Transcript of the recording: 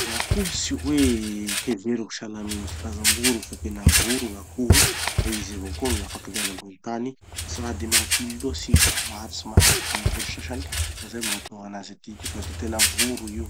Gn'akoho tsy hoe heveriko sahala amy karazam-boro fa tena voro gn'akoho fa izy avao koa gn'afaky miaina ambony tany. Tsy raha de mahatily loatsy izy, maharitsy manahaky gny voro sasany. Fa zay mahatonga anazy etiky io fa da tena voro io.